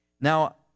Now